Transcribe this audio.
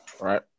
Right